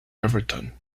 everton